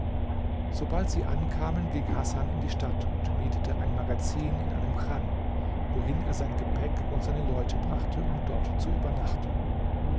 sobald sie ankamen ging hasan in die stadt und mietete ein magazin in einem chan wohin er sein gepäck und seine leute brachte um dort zu übernachten